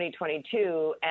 2022